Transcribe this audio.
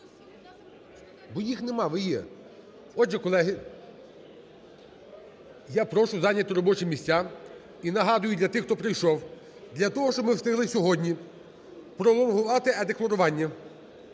Бо їх немає, а ви є. Отже, колеги, я прошу зайняти робочі місця і нагадую для тих, хто прийшов, для того, щоб ми встигли сьогодні пролонгувати е-декларування,